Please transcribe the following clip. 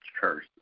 church